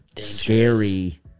scary